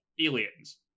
aliens